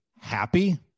happy